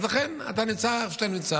אז לכן אתה נמצא איפה שאתה נמצא.